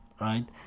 Right